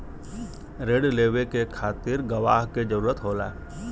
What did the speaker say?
रिण लेवे के खातिर गवाह के जरूरत होला